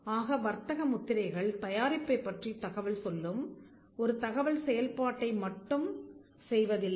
ஆக வர்த்தக முத்திரைகள் தயாரிப்பைப் பற்றித் தகவல் சொல்லும் ஒரு தகவல் செயல்பாட்டை மட்டும் செய்வதில்லை